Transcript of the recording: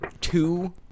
two